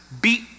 beat